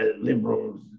Liberals